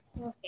Okay